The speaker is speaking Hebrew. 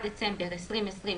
התשנ"ה 1995‏,